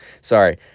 sorry